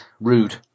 rude